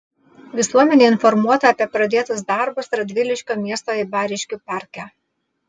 visuomenė informuota apie pradėtus darbus radviliškio miesto eibariškių parke